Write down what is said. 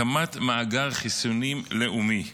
הקמת מאגר חיסונים לאומי.